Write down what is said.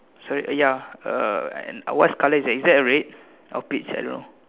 so ya uh and what's colour is that is that red or peach I don't know